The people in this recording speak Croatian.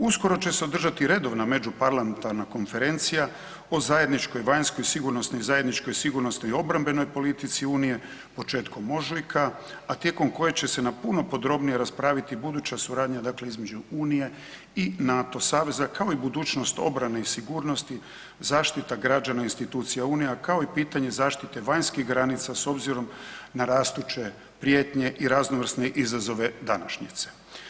Uskoro će se održati redovna međuparlamentarna konferencija o zajedničkoj vanjskoj, sigurnosnoj, zajedničkoj obrambenoj politici Unije početkom ožujka a tijekom koje će se na puno podrobnije raspraviti buduća suradnja dakle između Unije i NATO saveza kao i budućnost obrane i sigurnosti, zaštita građana i institucija Unije kao i pitanje zaštite vanjskih granica s obzirom na rastuće prijetnje i raznovrsne izazove današnjice.